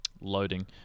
Loading